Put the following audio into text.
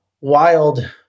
wild